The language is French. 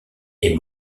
est